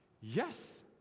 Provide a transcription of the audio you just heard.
Yes